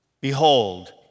Behold